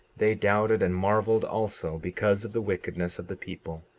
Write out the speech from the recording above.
they doubted and marveled also because of the wickedness of the people,